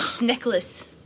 Necklace